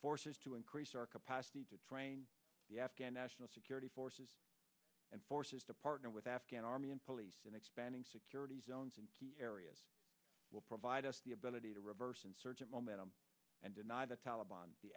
forces to increase our capacity to train the afghan national security forces and forces to partner with afghan army and police and expanding security zones and areas will provide us the ability to reverse insurgent momentum and deny the taliban the